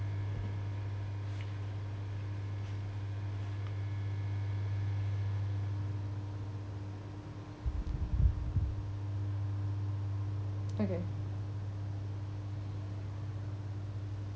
okay